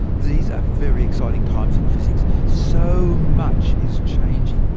these are very exciting times in physics. so much is changing.